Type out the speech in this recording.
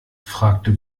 fragte